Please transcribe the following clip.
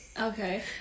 Okay